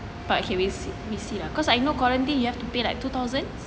but can we we see we see lah cause I know quarantine you have to pay like two thousand